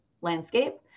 landscape